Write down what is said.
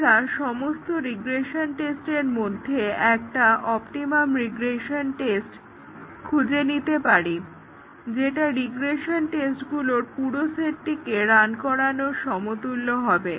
আমরা সমস্ত রিগ্রেশন টেস্টের মধ্যে একটা অপটিমাম রিগ্রেশন টেস্ট খুজে নিতে পারি যেটা রিগ্রেশন টেস্টগুলোর পুরো সেটটিকে রান করানোর সমতুল্য হবে